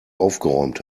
aufgeräumt